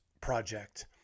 Project